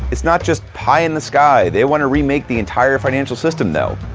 it's not just pie-in-the-sky, they wanna remake the entire financial system though.